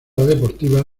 deportiva